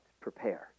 prepare